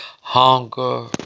Hunger